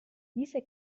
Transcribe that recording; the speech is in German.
diese